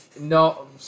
No